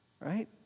Right